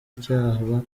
icyaba